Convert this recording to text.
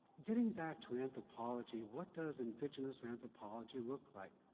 getting back to anthropology, what does indigenous anthropology look like?